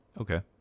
Okay